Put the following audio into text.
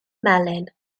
melin